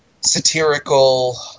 satirical